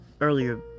earlier